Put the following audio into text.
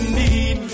need